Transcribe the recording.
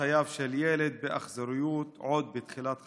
חייו של ילד באכזריות עוד בתחילת חייו.